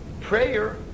prayer